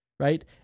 Right